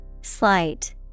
slight